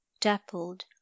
dappled